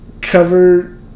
cover